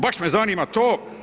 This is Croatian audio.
Baš me zanima to.